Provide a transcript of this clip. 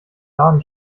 laden